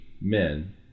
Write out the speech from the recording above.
men